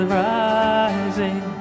rising